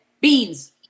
beans